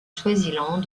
swaziland